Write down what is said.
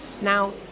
Now